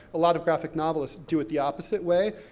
a lot of graphic novelists do it the opposite way,